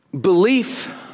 belief